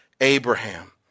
Abraham